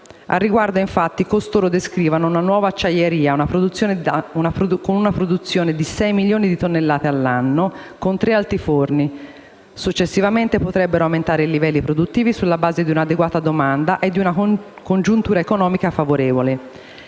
Al riguardo, infatti, costoro descrivono una nuova acciaieria con una produzione di 6 milioni di tonnellate all'anno, con tre altiforni. Successivamente, potrebbero aumentare i livelli produttivi sulla base di un'adeguata domanda e di una congiuntura economica favorevole.